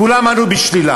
כולם ענו בשלילה.